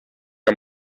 der